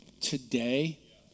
today